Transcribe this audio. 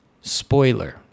Spoiler